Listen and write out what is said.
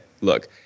look